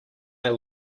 our